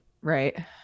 right